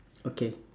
okay